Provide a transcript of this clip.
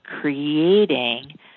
creating